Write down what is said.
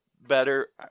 better